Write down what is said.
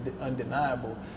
undeniable